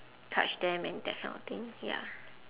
touch them and that kind of thing ya